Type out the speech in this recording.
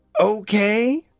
okay